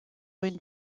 une